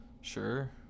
sure